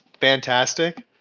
fantastic